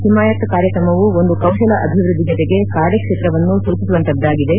ಹಿಮಾಯತ್ ಕಾರ್ಯಕ್ರಮವು ಒಂದು ಕೌಶಲ ಅಭಿವೃದ್ದಿ ಜತೆಗೆ ಕಾರ್ಯಕ್ಷೇತ್ರವನ್ನು ಸೂಚಿಸುವಂತಹದ್ದಾಗಿದೆ